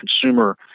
consumer